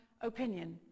opinion